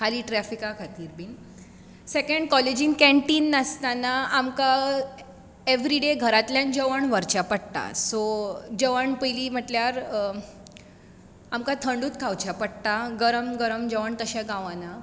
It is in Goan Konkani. खाली ट्रेफिका खातीर बी सेकॅण्ड कॉलेजीन कॅन्टीन नासतना आमकां एवरी डे घरांतल्यान जेवण व्हरचें पडटा सो जेवण पयलीं म्हटल्यार आमकां थंडूच खावचें पडटा आमकां गरम गरम जेवण तशें गावना